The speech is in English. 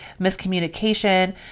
miscommunication